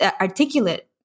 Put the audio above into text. articulate